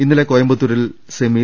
ഇന്നലെ കോയമ്പത്തൂരിൽ സെമിയിൽ